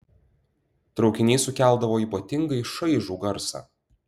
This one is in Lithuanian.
traukiniai sukeldavo ypatingai šaižų garsą